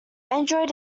android